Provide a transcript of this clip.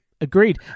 agreed